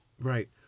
Right